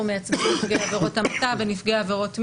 אנחנו מייצגים נפגעי עבירות המתה ונפגעי עברות מין.